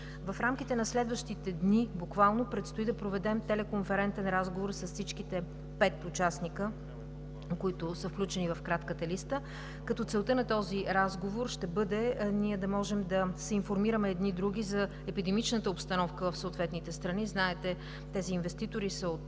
В рамките на следващите дни буквално предстои да проведем телеконферентен разговор с всичките пет участника, включени в кратката листа, като целта на този разговор ще бъде ние да можем да се информираме едни други за епидемичната обстановка в съответните страни. Знаете, тези инвеститори са от